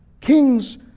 Kings